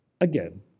Again